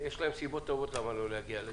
יש להם סיבות טובות למה לא להגיע לדיון,